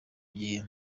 gihe